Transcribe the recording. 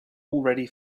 already